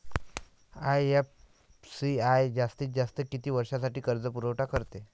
IFCI जास्तीत जास्त किती वर्षासाठी कर्जपुरवठा करते?